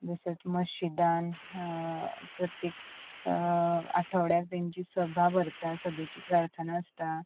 जशे मश्शीदान प्रत्येक आठवड्याक तांची सभा भरता सभेची प्रार्थना आसता